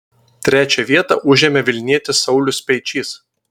trečią vietą užėmė vilnietis saulius speičys